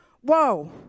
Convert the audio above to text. Whoa